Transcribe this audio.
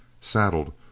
saddled